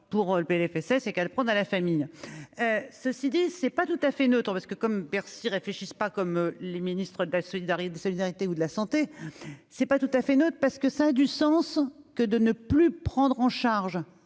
pour le PLFSS et qu'elle prendra la famille ceci dit c'est pas tout à fait neutre parce que, comme Bercy réfléchissent pas comme les ministres de la solidarité, solidarité ou de la santé, c'est pas tout à fait neutre parce que ça a du sens que de ne plus prendre en charge